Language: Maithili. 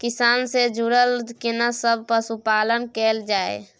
किसान से जुरल केना सब पशुपालन कैल जाय?